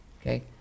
Okay